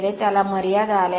त्याला मर्यादा आल्या आहेत